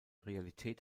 realität